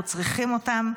אנחנו צריכים אותם,